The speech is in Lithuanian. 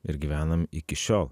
ir gyvenam iki šiol